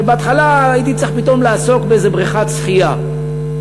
ובהתחלה הייתי צריך פתאום לעסוק באיזו בריכת שחייה,